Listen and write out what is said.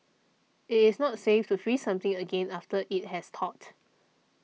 it is not safe to freeze something again after it has thawed